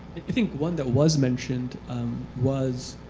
i think one that was mentioned was,